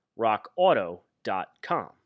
rockauto.com